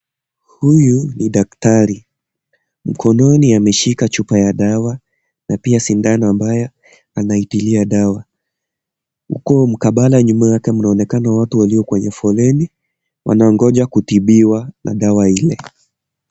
Huyu ni daktari. Mkononi ameshika chupa ya dawa na pia sindano ambayo anaitilia dawa. Huko mkabala nyuma yake mnaonekana watu walio kwenye foleni, wanangoja kutibiwa na dawa ile.